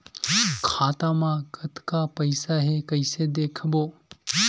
खाता मा कतका पईसा हे कइसे देखबो?